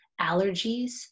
allergies